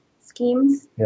schemes